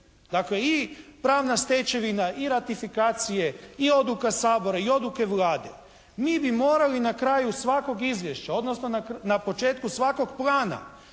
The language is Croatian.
Dakle i pravna stečevina i ratifikacije i odluka Sabora i odluke Vlade. Mi bi morali na kraju svakog izvješća, odnosno na početku svakog plana